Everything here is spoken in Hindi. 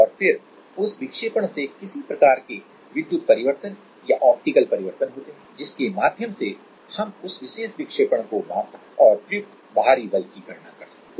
और फिर उस विक्षेपण से किसी प्रकार के विद्युत परिवर्तन या ऑप्टिकल परिवर्तन होते हैं जिसके माध्यम से हम उस विशेष विक्षेपण को माप सकते हैं और प्रयुक्त बाहरी बल की गणना कर सकते हैं